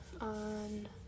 on